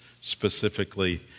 specifically